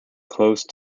close